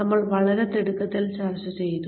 നമ്മൾ വളരെ തിടുക്കത്തിൽ ചർച്ച ചെയ്തു